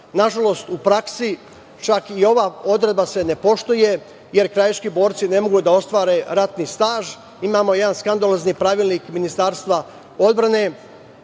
Nažalost, u praksi čak i ova odredba se ne poštuje, jer krajiški borci ne mogu da ostvare ratni staž. Imamo jedan skandalozni Pravilnik Ministarstva odbrane